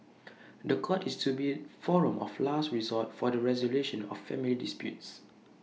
The Court is to be forum of last resort for the resolution of family disputes